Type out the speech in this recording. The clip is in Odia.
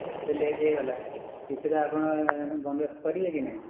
ଏତେ ଲେଟ୍ ହେଇଗଲା କିଛିଟା ଆପଣ ବନ୍ଦୋବସ୍ତ କରିବେ କି ନାହିଁ